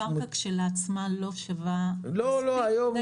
הקרקע כשלעצמה לא שווה מספיק --- היום